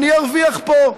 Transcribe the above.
אני ארוויח פה.